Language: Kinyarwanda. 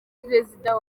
perezida